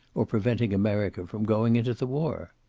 or preventing america from going into the war?